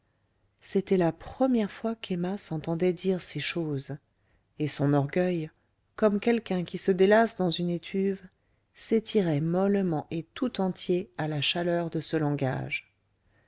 c'était la première fois qu'emma s'entendait dire ces choses et son orgueil comme quelqu'un qui se délasse dans une étuve s'étirait mollement et tout entier à la chaleur de ce langage